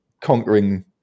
conquering